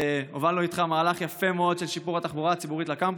הובלנו איתך מהלך יפה מאוד של שיפור התחבורה לקמפוסים.